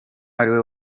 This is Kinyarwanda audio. ariwe